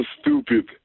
stupid